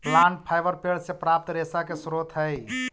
plant fibre पेड़ से प्राप्त रेशा के स्रोत हई